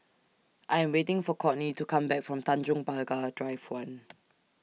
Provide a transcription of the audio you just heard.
I Am waiting For Courtney to Come Back from Tanjong Pagar Drive one